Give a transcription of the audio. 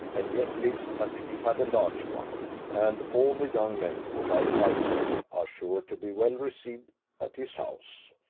and yet lives as if he had a large one and all the young men who like high play are sure to be well received at his house.